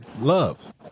love